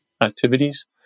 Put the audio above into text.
activities